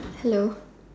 hello